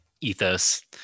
ethos